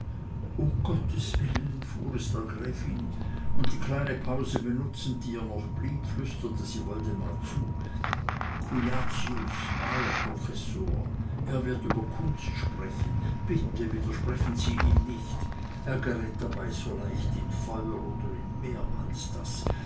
um gottes willen entfuhr es der gräfin und die kleine pause benutzend die ihr noch blieb flüsterte sie woldemar zu cujacius malerprofessor er wird über kunst sprechen bitte widersprechen sie ihm nicht er gerät dabei so leicht in feuer oder in mehr als das